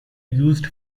used